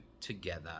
together